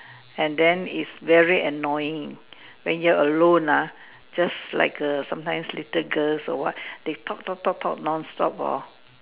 and then is very annoying when you're alone ah just like err sometimes little girls or what they talk talk talk talk non stop hor